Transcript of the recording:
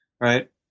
right